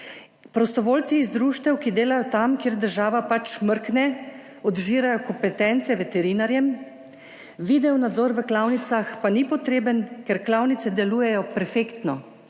prostovoljci iz društev, ki delajo tam, kjer država pač mrkne, odžirajo kompetence veterinarjem, videonadzor v klavnicah pa ni potreben, ker klavnice delujejo perfektno.